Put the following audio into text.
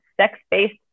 sex-based